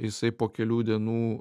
jisai po kelių dienų